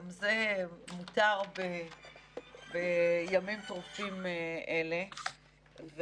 גם זה מותר בימים טרופים אלה.